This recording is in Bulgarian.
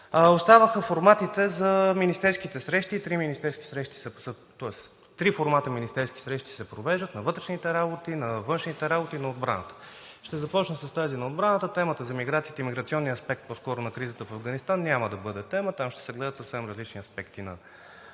Оставаха форматите за министерските срещи. Три формата министерски срещи се провеждат – на вътрешните работи, външните работи и отбраната. Ще започна с тази на отбраната. Темата за миграцията и миграционният аспект по-скоро на кризата в Афганистан няма да бъде тема. Там ще се гледат съвсем различни аспекти на